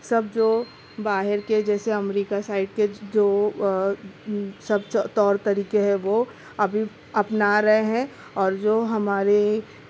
سب جو باہر کے جیسے ہم امریکہ سائڈ کے جو سب طور طریقے ہیں وہ ابھی اپنا رہے ہیں اور جو ہماری